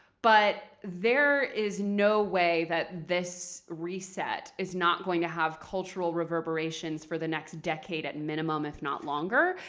but there is no way that this reset is not going to have cultural reverberations for the next decade at and minimum, if not longer.